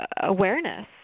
awareness